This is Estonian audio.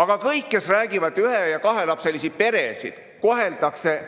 Aga kõik, kes räägivad sellest, et ühe- ja kahelapselisi peresid koheldakse